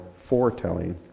foretelling